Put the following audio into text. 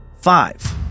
Five